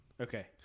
Okay